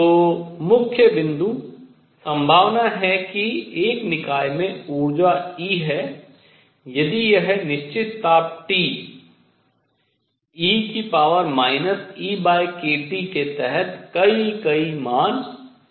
तो मुख्य बिंदु संभावना है कि एक निकाय में ऊर्जा E है यदि यह निश्चित ताप T e EkT के तहत कई कई मान ले सकता हैं